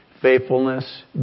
faithfulness